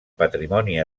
patrimoni